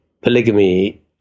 polygamy